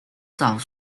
早熟